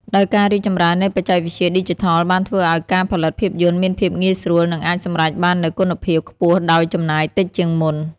ដោយការរីកចម្រើននៃបច្ចេកវិទ្យាឌីជីថលបានធ្វើឲ្យការផលិតភាពយន្តមានភាពងាយស្រួល និងអាចសម្រេចបាននូវគុណភាពខ្ពស់ដោយចំណាយតិចជាងមុន។